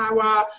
power